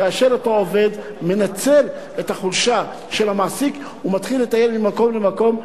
כאשר אותו עובד מנצל את החולשה של המעסיק ומתחיל לטייל ממקום למקום,